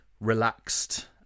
relaxed